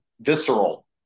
visceral